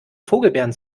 vogelbeeren